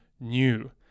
new